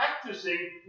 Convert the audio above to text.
practicing